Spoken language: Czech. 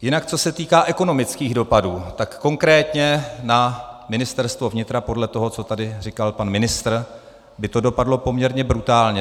Jinak co se týká ekonomických dopadů, konkrétně na Ministerstvo vnitra podle toho, co tady říkal pan ministr, by to dopadlo poměrně brutálně.